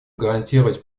гарантировать